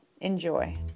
Enjoy